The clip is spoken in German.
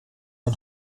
man